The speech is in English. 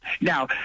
Now